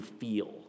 feel